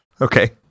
Okay